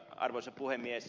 arvoisa puhemies